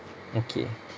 okay